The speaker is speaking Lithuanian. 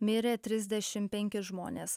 mirė trisdešimt penki žmonės